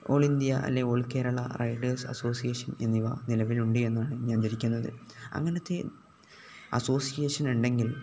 all India അല്ലെങ്കില് all Kerala riders association എന്നിവ നിലവിലുണ്ട് എന്നാണ് ഞാൻ വിചാരിക്കുന്നത് അങ്ങനത്തെ അസോസിയേഷൻ ഉണ്ടെങ്കിൽ